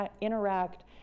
interact